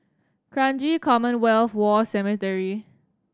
Kranji Commonwealth War Cemetery